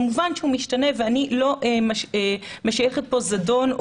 כמובן שהוא משתנה ואני לא משייכת פה זדון או